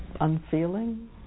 unfeeling